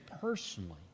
personally